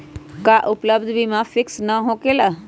का उपलब्ध बीमा फिक्स न होकेला?